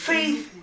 Faith